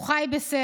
הוא חי בסרט.